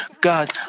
God